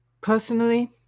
personally